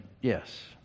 yes